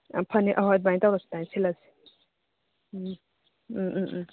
ꯌꯥꯝ ꯐꯅꯤ ꯍꯣꯏ ꯑꯗꯨꯃꯥꯏ ꯇꯧꯔꯁꯤ ꯑꯗꯨꯃꯥꯏ ꯁꯤꯜꯂꯁꯤ ꯎꯝ ꯎꯝ ꯎꯝ ꯎꯝ